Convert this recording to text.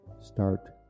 Start